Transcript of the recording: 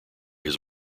his